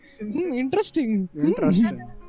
Interesting